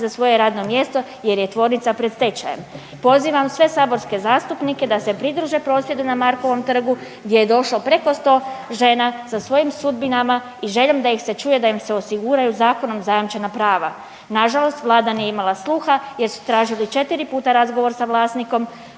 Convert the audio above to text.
za svoje radno mjesto jer je tvornica pred stečajem. Pozivam sve saborske zastupnike da se pridruže prosvjedu na Markovom trgu gdje je došlo preko 100 žena sa svojim sudbinama i željom da ih se čuje, da im se osiguraju zakonom zajamčena prava. Nažalost, Vlada nije imala sluha jer su tražili 4 puta razgovor sa vlasnikom